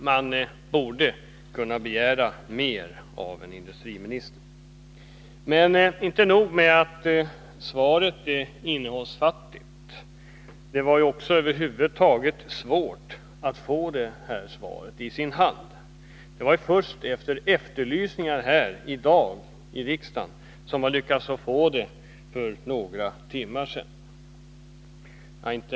Man borde kunna begära mer av en industriminister. Men inte nog med att svaret är innehållsfattigt — det var över huvud taget svårt för mig att få det i min hand. Det var först efter efterlysningar här i riksdagen i dag som jag för några timmar sedan lyckades få svaret.